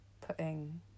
putting